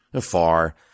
far